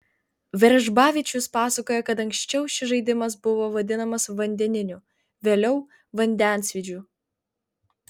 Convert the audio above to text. veržbavičius pasakoja kad anksčiau šis žaidimas buvo vadinamas vandeniniu vėliau vandensvydžiu